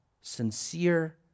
sincere